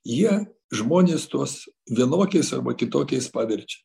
jie žmones tuos vienokiais arba kitokiais paverčia